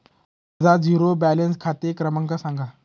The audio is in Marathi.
माझा झिरो बॅलन्स खाते क्रमांक सांगा